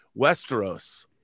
westeros